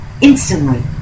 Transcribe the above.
Instantly